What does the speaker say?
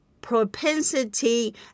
propensity